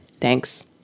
Thanks